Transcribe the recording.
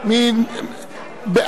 מי נגד?